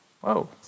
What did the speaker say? Whoa